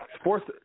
Sports